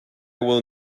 will